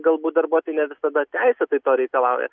galbūt darbuotojai ne visada teisėtai to reikalauja